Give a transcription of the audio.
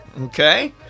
Okay